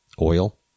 oil